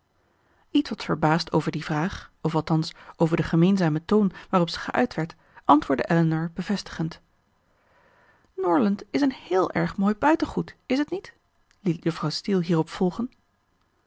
ietwat verbaasd over die vraag of althans over den gemeenzamen toon waarop ze geuit werd antwoordde elinor bevestigend norland is een héél erg mooi buitengoed is t niet liet juffrouw steele hierop volgen